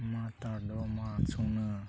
ᱢᱟᱛᱟ ᱰᱚᱢᱟ ᱥᱩᱱᱟᱹ